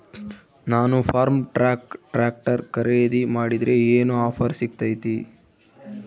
ನಾನು Farmtrac tractor ಖರೇದಿ ಮಾಡಿದ್ರೆ ಏನು ಆಫರ್ ಸಿಗ್ತೈತಿ?